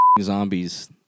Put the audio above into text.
zombies